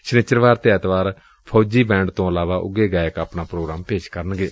ਸ਼ਨਿਚਰਵਾਰ ਅਤੇ ਐਤਵਾਰ ਫੌਜੀ ਬੈਂਡ ਤੋਂ ਇਲਾਵਾ ਉਘੇ ਗਾਇਕ ਆਪਣਾ ਪ੍ਰੋਗਰਾਮ ਪੇਸ਼ ਕਰਨਗੇ